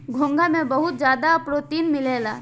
घोंघा में बहुत ज्यादा प्रोटीन मिलेला